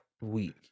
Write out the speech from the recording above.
week